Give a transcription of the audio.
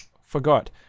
forgot